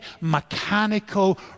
mechanical